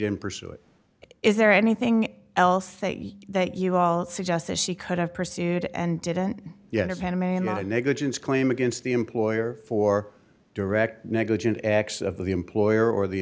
didn't pursue it is there anything else that you that you all suggest that she could have pursued and didn't yes or panama in the negligence claim against the employer for direct negligent acts of the employer or the